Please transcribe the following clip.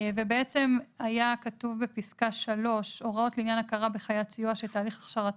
היה כתוב בפסקה (3) "הוראות לעניין הכרה בחיית סיוע שתהליך הכשרתה